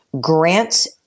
grants